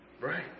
Right